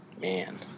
Man